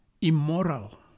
immoral